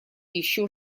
еще